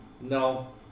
no